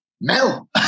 mel